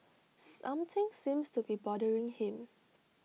something seems to be bothering him